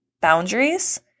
boundaries